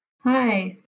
Hi